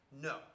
No